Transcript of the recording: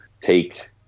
take